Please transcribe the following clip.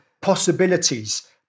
possibilities